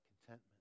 contentment